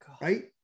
right